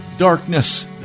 darkness